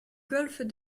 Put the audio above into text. golfe